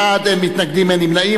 בעד, אין מתנגדים, אין נמנעים.